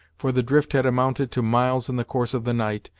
for the drift had amounted to miles in the course of the night,